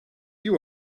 you